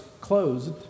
closed